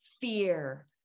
fear